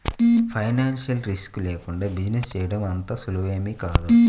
financial risk లేకుండా business చేయడం అంత సులువేమీ కాదు